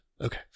Okay